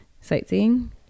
sightseeing